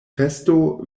festo